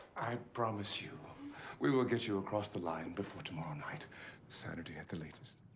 i promise you we will get you across the line before tomorrow night saturday at the latest.